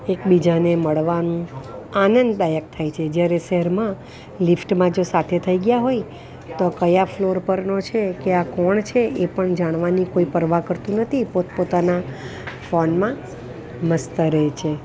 એકબીજાને મળવાનું આનંદદાયક થઈ જાય જ્યારે શહેરમાં લીફ્ટમાં જો સાથે થઈ ગયાં હોય તો કયા ફ્લોર પરનો છે કે આ કોણ છે એ પણ જાણવાની કોઈ પરવા કરતું નથી પોતપોતાના ફોનમાં મસ્ત રહે છે